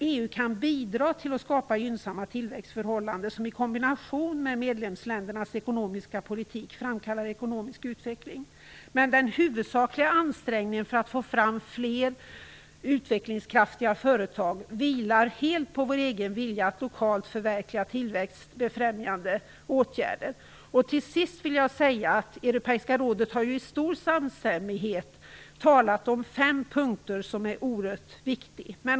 EU kan dock bidra till att skapa gynnsamma tillväxtförhållanden, som i kombination med medlemsländernas ekonomiska politik framkallar ekonomisk utveckling. Men den huvudsakliga ansträngningen för att få fram fler utvecklingskraftiga företag vilar helt på vår egen vilja att lokalt förverkliga tillväxtbefrämjande åtgärder. Europeiska rådet har i stor samstämmighet talat om fem punkter som är oerhört viktiga.